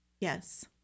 Yes